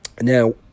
Now